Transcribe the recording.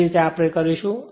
તે જ રીતે આપણે કરીશું